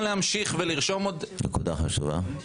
נקודה חשובה.